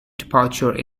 departure